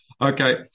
Okay